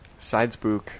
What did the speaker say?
Sidespook